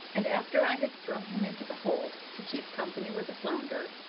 and after i had thrown him into the hold to keep company with the flounder,